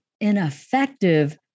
ineffective